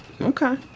Okay